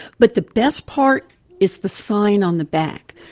but the best part is the sign on the back.